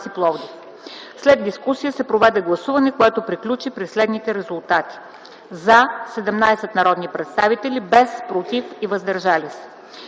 След дискусията се проведе гласуване, което приключи при следните резултати: „за” – 17 народни представители, без „против” и „въздържали се”.